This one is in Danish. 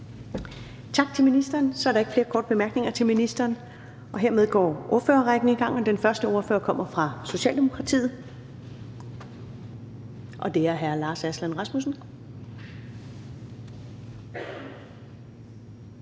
Tak til ministeren. Så er der ikke flere korte bemærkninger til ministeren. Hermed går ordførerrækken i gang, og den første ordfører kommer fra Socialdemokratiet. Det er hr. Lars Aslan Rasmussen.